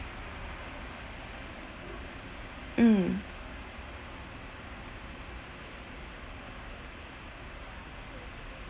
mm